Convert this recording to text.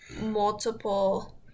multiple